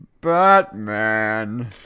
Batman